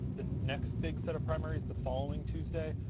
the next big sort of primary is the following tuesday,